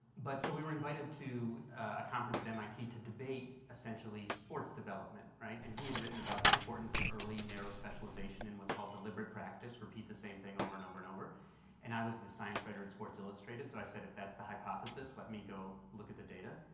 but so we were in invited to a conference at mit to debate essentially sports development, right? and he had written about the importance of early narrow specialization and what's called, deliberate practice repeat the same thing over and over and over and i was the science writer at sports illustrated, so i said if that's the hypothesis let me go look at the data.